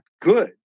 good